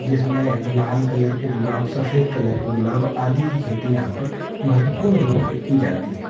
जिसमें लाल कलर के गुलाब सफ़ेद कलर के गुलाब आदि की खेती यहाँ पर महत्वपूर्ण रूप से की जाती है